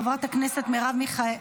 מיקי פה.